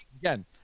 again